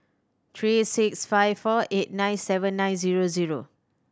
three six five four eight nine seven nine zero zero